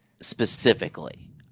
specifically